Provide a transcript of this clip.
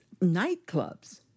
nightclubs